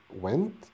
went